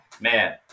man